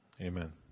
amen